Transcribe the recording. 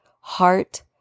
heart